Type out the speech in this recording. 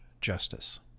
justice